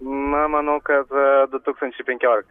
na manau kad du tūkstančiai penkiolikti